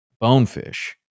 bonefish